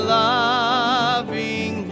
loving